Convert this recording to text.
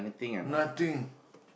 nothing